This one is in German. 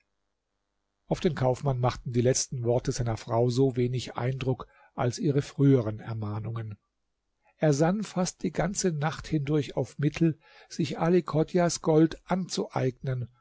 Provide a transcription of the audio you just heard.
auf den kaufmann machten die letzten worte seiner frau so wenig eindruck als ihre früheren ermahnungen er sann fast die ganze nacht hindurch auf mittel sich ali chodjahs gold anzueignen